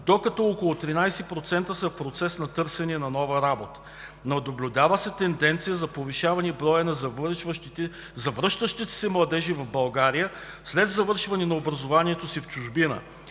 докато около 13% са в процес на търсене на нова работа. Наблюдава се тенденция към повишаване на броя на завръщащите се младежи в България след завършване на образованието си в чужбина.